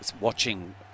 watching